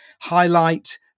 highlight